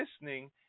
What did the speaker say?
listening